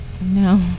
no